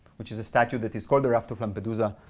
which is a statue that is called the raft of lampedusa,